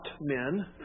men